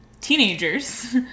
teenagers